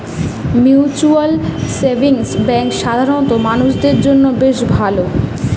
mutual savings bank সাধারণ মানুষদের জন্য বেশ ভালো